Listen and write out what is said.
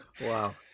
Wow